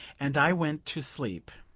and i went to sleep.